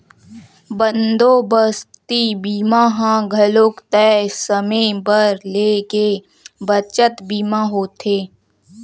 बंदोबस्ती बीमा ह घलोक तय समे बर ले गे बचत बीमा होथे